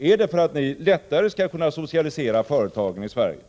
Är det för att ni lättare skall kunna socialisera företagen i Sverige?